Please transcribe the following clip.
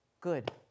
Good